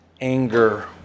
anger